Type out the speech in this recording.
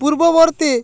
পূর্ববর্তী